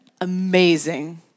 amazing